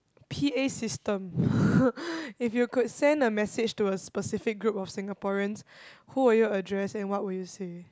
p_a system if you could send a message to a specific group of Singaporeans who would you address and what would you say